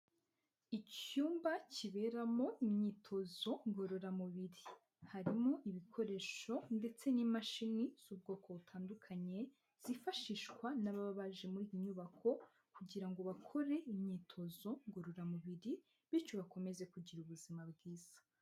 Icyumba kiberamo imyitozo ngororamubiri, harimo ibikoresho ndetse n'imashini z'ubwoko butandukanye zifashishwa n'ababa baje muri iyi nyubako kugira ngo bakore imyitozo ngororamubiri bityo bakomeze kugira ubuzima bwiza.